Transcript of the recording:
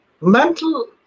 Mental